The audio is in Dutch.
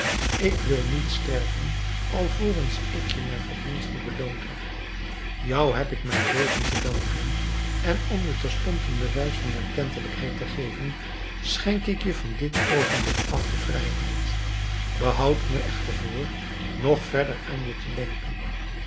ik wil niet sterven alvorens ik je naar verdienste beloond heb jou heb ik mijn leven te danken en om je terstond een bewijs van erkentelijkheid te geven schenk ik je van dit oogenblik af de vrijheid behoud me echter voor nog verder aan je te denken